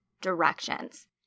directions